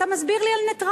אתה מסביר לי על נייטרליות,